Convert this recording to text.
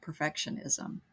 perfectionism